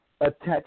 attach